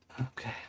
Okay